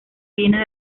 viene